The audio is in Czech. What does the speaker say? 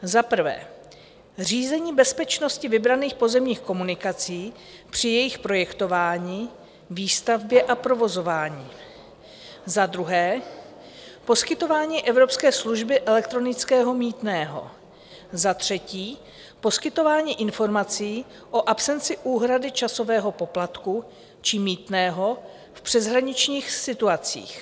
Za prvé, řízení bezpečnosti vybraných pozemních komunikací při jejich projektování, výstavbě a provozování, za druhé, poskytování evropské služby elektronického mýtného, za třetí, poskytování informací o absenci úhrady časového poplatku či mýtného v přeshraničních situacích.